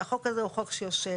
שהחוק הזה הוא חוק שיושב